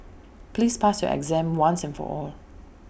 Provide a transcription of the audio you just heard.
please pass your exam once and for all